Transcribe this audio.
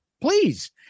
please